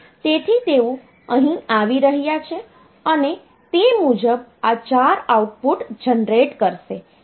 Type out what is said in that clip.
તેથી તેઓ અહીં આવી રહ્યા છે અને તે મુજબ આ 4 આઉટપુટ જનરેટ કરશે